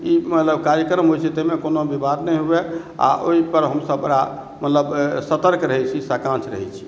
ई मतलब कार्यक्रम होइ छै ताहिमे कोनो विवाद नही हुए आ ओहि पर हमसभ बड़ा मतलब सतर्क रहै छी साकांक्ष रहै छी